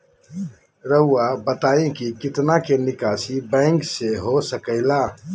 रहुआ बताइं कि कितना के निकासी बैंक से हो सके ला?